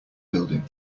building